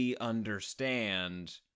understand